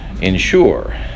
ensure